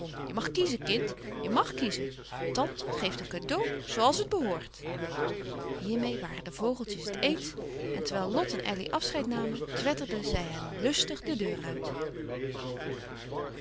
je mag kiezen kind je mag kiezen tante geeft een cadeau zoo als het behoort hiermeê waren de vogeltjes het eens en terwijl lot en elly afscheid namen twetterden zij hen lustig de deur uit